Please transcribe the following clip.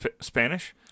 Spanish